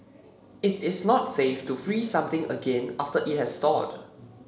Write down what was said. it is not safe to freeze something again after it has thawed